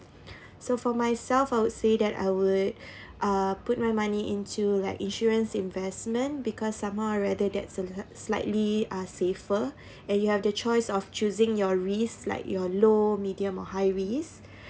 so for myself I would say that I would uh put my money into like insurance investment because some more rather than a slightly uh safer and you have the choice of choosing your risk like your low medium or high risk